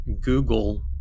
Google